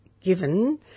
given